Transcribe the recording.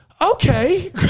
Okay